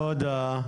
תודה.